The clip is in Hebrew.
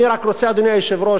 אני רק רוצה, אדוני היושב-ראש,